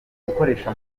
gukoresha